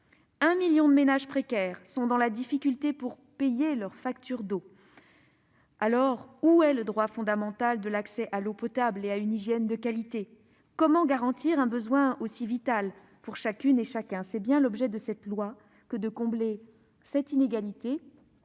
Un million de ménages précaires sont dans la difficulté pour payer leur facture d'eau. Alors, où est le droit fondamental de l'accès à l'eau potable et à une hygiène de qualité ? Comment garantir un besoin aussi vital pour chacune et chacun ? C'est bien l'objet de cette proposition de loi que de combler cette inégalité,